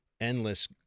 endless